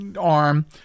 arm